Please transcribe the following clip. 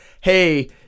hey